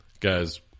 Guys